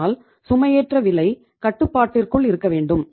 அதனால் சுமையேற்ற விலை கட்டுப்பாட்டிற்குள் இருக்கவேண்டும்